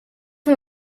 van